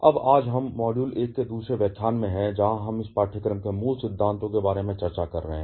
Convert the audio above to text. अब आज हम मॉड्यूल 1 के दूसरे व्याख्यान में हैं जहाँ हम इस पाठ्यक्रम के मूल सिद्धांतों के बारे में चर्चा कर रहे हैं